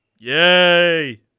Yay